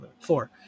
four